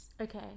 Okay